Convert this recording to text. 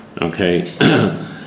okay